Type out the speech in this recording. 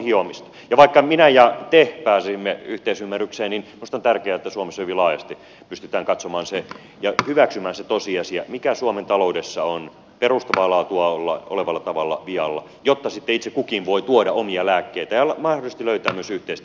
ja vaikka minä ja te pääsisimme yhteisymmärrykseen niin minusta on tärkeää että suomessa hyvin laajasti pystytään katsomaan ja hyväksymään se tosiasia mikä suomen taloudessa on perustavaa laatua olevalla tavalla vialla jotta sitten itse kukin voi tuoda omia lääkkeitä ja mahdollisesti löytää myös yhteiset